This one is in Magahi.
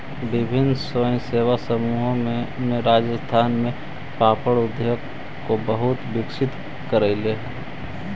विभिन्न स्वयंसेवी समूहों ने राजस्थान में पापड़ उद्योग को बहुत विकसित करकई